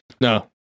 no